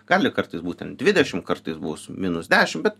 gali kartais būt ten dvidešim kartais bus minus dešim bet